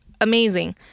Amazing